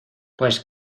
pues